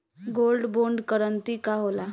Gold bond करतिं का होला?